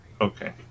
Okay